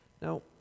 Now